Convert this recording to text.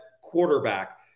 quarterback